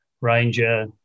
Ranger